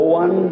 one